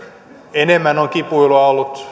enemmän on kipuilua ollut